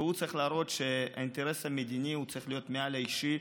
והוא צריך להראות שהאינטרס המדיני צריך להיות מעל האישי.